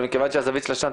מטעם עמותת לשובע.